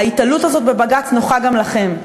ההיתלות הזאת בבג"ץ נוחה גם לכם.